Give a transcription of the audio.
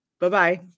Bye-bye